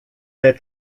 der